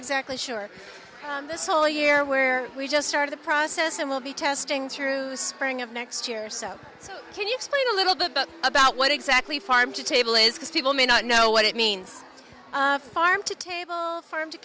exactly sure this whole year where we just started the process and will be testing through spring of next year so can you explain a little bit about what exactly farm to table is because people may not know what it means farm to table farm to